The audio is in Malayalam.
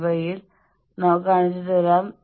വ്യക്തി പറയുന്നു എന്റെ ആശയവിനിമയ കഴിവിൽ എന്താണ് തെറ്റ്